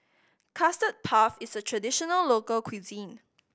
Custard Puff is a traditional local cuisine